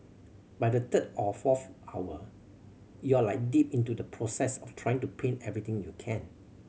by the third or fourth hour you are like deep into the process of trying to paint everything you can